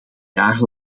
jaar